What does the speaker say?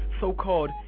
so-called